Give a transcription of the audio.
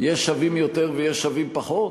יש שווים יותר ויש שווים פחות.